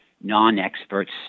non-experts